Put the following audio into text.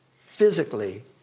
physically